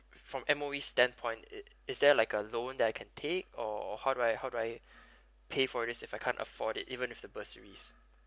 from M_O_E stand point is is there like a loan that I can take or how do I how do I pay for it if I can't afford it even if the bursaries